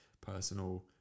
personal